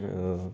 हां